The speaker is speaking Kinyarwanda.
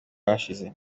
hashize